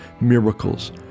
miracles